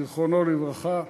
זיכרונו לברכה,